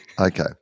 Okay